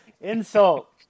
insult